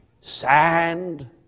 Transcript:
sand